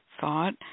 thought